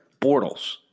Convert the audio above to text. Bortles